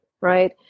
right